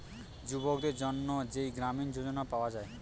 যুবকদের জন্যে যেই গ্রামীণ যোজনা পায়া যায়